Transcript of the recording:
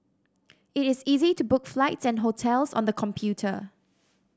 it is easy to book flights and hotels on the computer